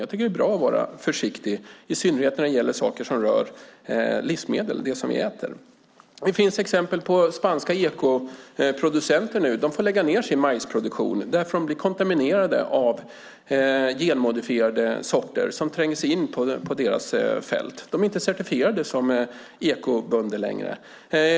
Jag tycker att det är bra att vara försiktig, i synnerhet när det gäller saker som rör livsmedel - det som vi äter. Det finns exempel på spanska ekoproducenter som nu får lägga ned sin majsproduktion, eftersom den blir kontaminerad av genmodifierade sorter som tränger sig in på deras fält. De är inte certifierade som ekobönder längre.